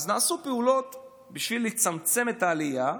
ואז נעשו פעולות בשביל לצמצם את העלייה.